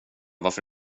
varför